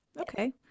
Okay